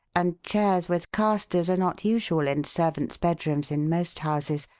and chairs with casters are not usual in servants' bedrooms in most houses.